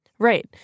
Right